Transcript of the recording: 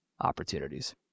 opportunities